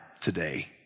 today